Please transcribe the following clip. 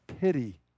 pity